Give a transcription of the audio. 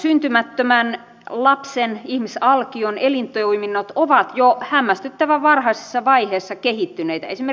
syntymättömän lapsen ihmisalkion elintoiminnot ovat jo hämmästyttävän varhaisessa vaiheessa kehittyneitä